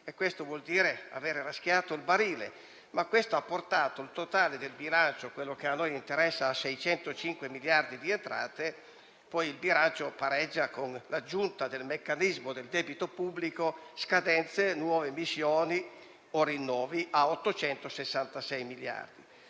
questo vuol dire aver raschiato il barile, ma ha portato il totale del bilancio, quello che a noi interessa, a 605 miliardi di entrate; poi il bilancio pareggia con l'aggiunta del meccanismo del debito pubblico - scadenze, nuove missioni o rinnovi - a 866 miliardi.